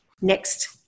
Next